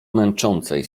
męczącej